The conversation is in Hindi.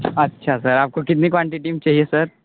अच्छा सर आपको कितनी कॉन्टिटी में चाहिए सर